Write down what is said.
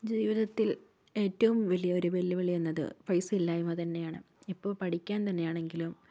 ജീവിതത്തിൽ ഏറ്റവും വലിയ ഒരു വെല്ലുവിളി എന്നത് പൈസയില്ലായ്മ തന്നെയാണ് ഇപ്പോൾ പഠിക്കാൻ തന്നെ ആണെങ്കിലും